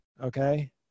Okay